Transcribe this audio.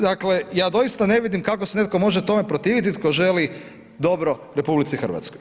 Dakle, ja doista ne vidim kako se netko može tome protiviti tko želi dobro RH.